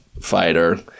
fighter